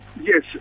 yes